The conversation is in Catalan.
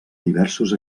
diversos